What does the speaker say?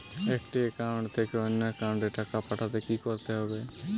একটি একাউন্ট থেকে অন্য একাউন্টে টাকা পাঠাতে কি করতে হবে?